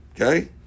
okay